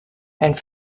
and